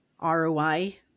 ROI